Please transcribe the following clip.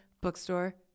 bookstore